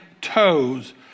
toes